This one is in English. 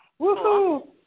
Woohoo